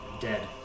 dead